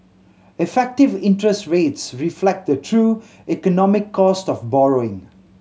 effective interest rates reflect the true economic cost of borrowing